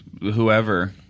Whoever